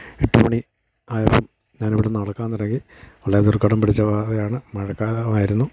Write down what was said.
എട്ട് മണി ആയപ്പം ഞാനിവിടുന്ന് നടക്കാൻ തുടങ്ങി വളരെ ദുർഘടം പിടിച്ച പാതയാണ് മഴക്കാലമായിരുന്നു